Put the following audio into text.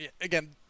Again